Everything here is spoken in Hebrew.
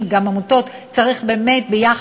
העמותה, גם חולים וגם עמותות.